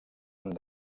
amb